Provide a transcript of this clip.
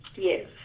Yes